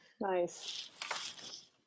nice